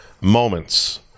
moments